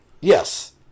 Yes